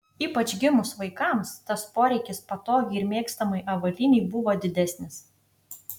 ypač gimus vaikams tas poreikis patogiai ir mėgstamai avalynei buvo didesnis